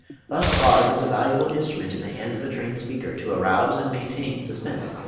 thus pause is a valuable instrument in the hands of a trained speaker to arouse and maintain suspense.